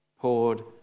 poured